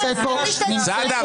אבל סעדה,